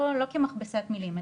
לא כמכבסת מילים,